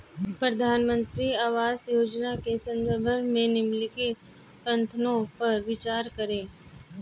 प्रधानमंत्री आवास योजना के संदर्भ में निम्नलिखित कथनों पर विचार करें?